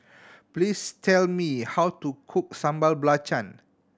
please tell me how to cook Sambal Belacan